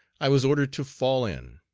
i was ordered to fall in,